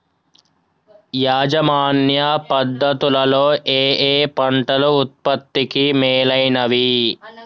యాజమాన్య పద్ధతు లలో ఏయే పంటలు ఉత్పత్తికి మేలైనవి?